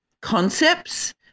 concepts